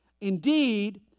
indeed